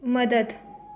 मदत